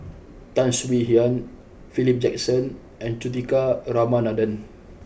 Tan Swie Hian Philip Jackson and Juthika Ramanathan